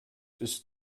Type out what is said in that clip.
ist